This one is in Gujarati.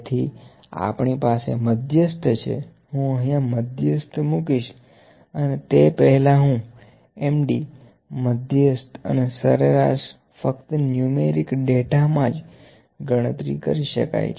તેથી આપણી પાસે મધ્યસ્થ છે હું અહીંયા મધ્યસ્થ મૂકીશ અને તે પહેલાં હું Md મધ્યસ્થ અને સરેરાશ ફક્ત નુમેરિક ડેટા મા જ ગણતરી કરી શકાય